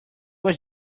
was